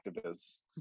activists